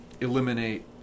Eliminate